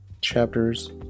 Chapters